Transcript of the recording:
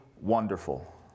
wonderful